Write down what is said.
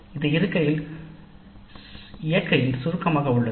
இது இயற்கையில் சுருக்கமாக உள்ளது